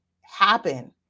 happen